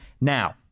now